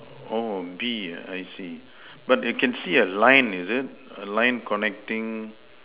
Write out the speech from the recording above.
oh bee I see but I can see a line is it a line connecting